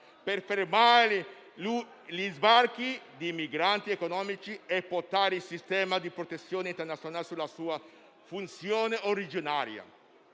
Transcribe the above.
per fermare gli sbarchi di migranti economici e portare il sistema di protezione internazionale alla sua funzione originaria.